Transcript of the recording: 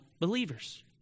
believers